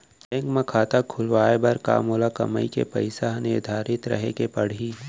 Bank म खाता खुलवाये बर का मोर कमाई के पइसा ह निर्धारित रहे के पड़ही?